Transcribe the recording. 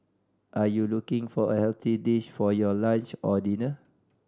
are you looking for a healthy dish for your lunch or dinner